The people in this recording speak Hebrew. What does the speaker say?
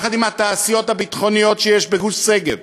יחד עם התעשיות הביטחוניות שיש בגוש-שגב,